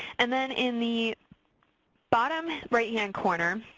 and then in the bottom right hand corner,